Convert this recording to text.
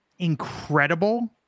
incredible